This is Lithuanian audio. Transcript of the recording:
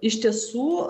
iš tiesų